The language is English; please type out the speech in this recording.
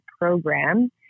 program